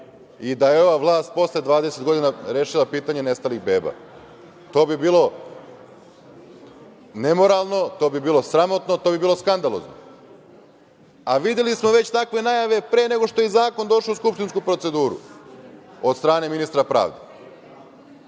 i da je ova vlast posle 20 godina rešila pitanje nestalih beba. To bi bilo nemoralno, to bi bilo sramotno, to bi bilo skandalozno, a videli smo već takve najave pre nego što je zakon došao u skupštinsku proceduru od strane ministra pravde. Dakle,